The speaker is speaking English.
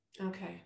Okay